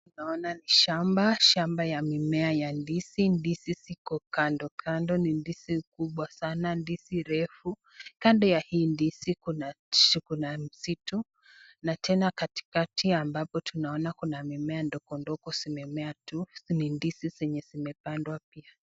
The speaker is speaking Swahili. Naona ni shamba, shamba ya mimea ya ndizi, hizi ndizi ziko kando kando ni ndizi kubwa sana, ndizi refu. Kando ya hii ndizi kuna msitu, na tena katikati ambapo tunaona kuna mimea ndongondogo zimemea tu, ni ndizi zenye zimepandwa pia.